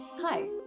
hi